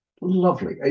Lovely